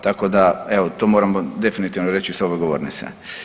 Tako da evo to moramo definitivno reći sa ove govornice.